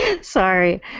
Sorry